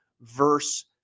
verse